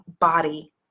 body